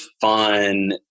fun